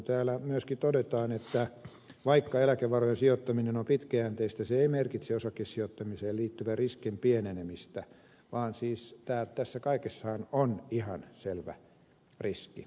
täällä myöskin todetaan että vaikka eläkevarojen sijoittaminen on pitkäjänteistä se ei merkitse osakesijoittamiseen liittyvän riskin pienenemistä vaan siis tässä kaikessahan on ihan selvä riski